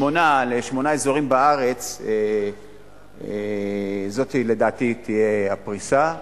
שמונה אזורים בארץ, זאת לדעתי תהיה הפריסה.